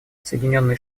соединенные